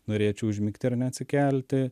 norėčiau užmigti ir neatsikelti